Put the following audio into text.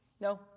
No